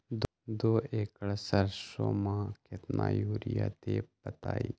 दो एकड़ सरसो म केतना यूरिया देब बताई?